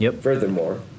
Furthermore